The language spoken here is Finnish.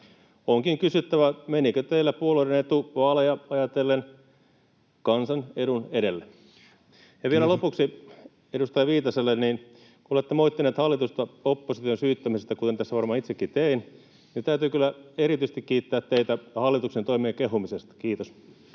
Onkin kysyttävä, menikö teillä puolueiden etu vaaleja ajatellen kansan edun edelle? Ja vielä lopuksi edustaja Viitaselle: kun olette moittineet hallitusta opposition syyttämisestä, kuten tässä varmaan itsekin tein, niin täytyy kyllä erityisesti kiittää teitä hallituksen toimien kehumisesta. — Kiitos.